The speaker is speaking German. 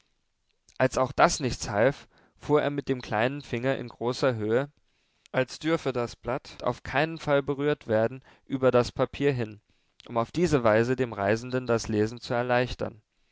als auch das nichts half fuhr er mit dem kleinen finger in großer höhe als dürfe das blatt auf keinen fall berührt werden über das papier hin um auf diese weise dem reisenden das lesen zu erleichtern